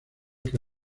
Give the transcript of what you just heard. que